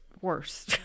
worse